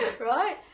right